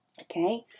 Okay